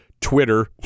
Twitter